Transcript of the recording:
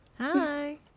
Hi